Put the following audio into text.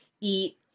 eat